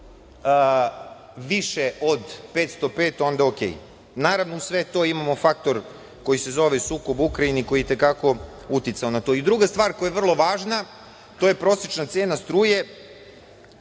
više od 505, onda okej. Naravno, uz sve to imamo faktor koji se zove sukob u Ukrajini, koji je i te kako uticao na to. Druga stvar koja je vrlo važna, to je prosečna cena struje